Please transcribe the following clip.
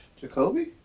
Jacoby